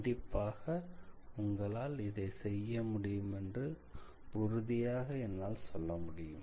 கண்டிப்பாக உங்களால் இதை செய்ய முடியுமென்று உறுதியாக என்னால் சொல்ல முடியும்